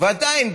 ועדיין,